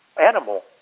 animal